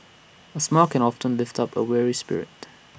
A smile can often lift up A weary spirit